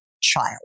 child